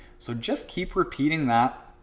so just keep repeating that